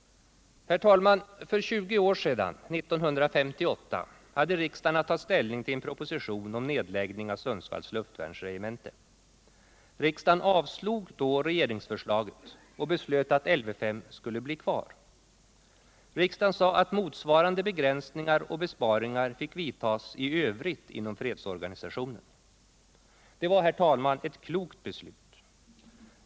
Herr talman! För 20 år sedan, år 1958, hade riksdagen att ta ställning till en proposition om nedläggning av Sundsvalls luftvärnsregemente. Riksdagen avslog då regeringsförslaget och beslöt att Lv 5 skulle bli kvar. Riksdagen sade att motsvarande begränsningar och besparingar fick vidtas i övrigt inom fredsorganisationen. Det var, herr talman, ett klokt beslut.